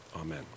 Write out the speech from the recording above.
amen